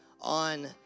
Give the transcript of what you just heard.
on